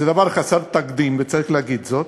זה דבר חסר תקדים, וצריך להגיד זאת.